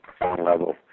level